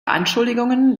anschuldigungen